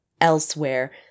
elsewhere